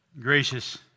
Gracious